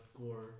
gore